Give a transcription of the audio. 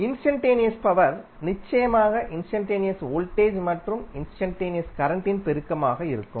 instantaneous power நிச்சயமாக instantaneous voltage மற்றும் instantaneous current இன் பெருக்கமாக இருக்கும்